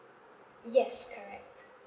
yes correct